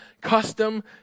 custom